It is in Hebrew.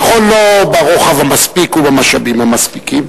נכון, לא ברוחב המספיק ובמשאבים המספיקים.